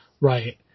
Right